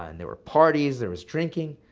and there were parties, there was drinking.